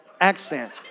accent